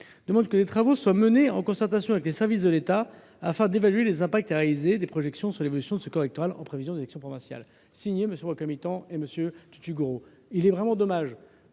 demande que des travaux soient menés en concertation avec les services de l’État afin d’évaluer les impacts et réaliser des projections sur l’évolution de ce corps électoral en prévision des élections provinciales de 2024. » Et ledit document est signé, je